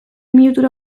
minutuero